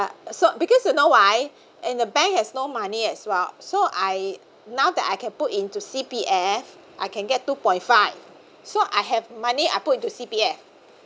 so because you know why and the bank has no money as well so I now that I can put into C_P_F I can get two point five so I have money I put into C_P_F